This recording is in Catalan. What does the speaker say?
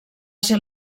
ser